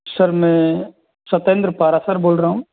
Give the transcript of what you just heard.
sir मैं सतेंद्र पारासर बोल रहा हूँ